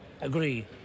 agree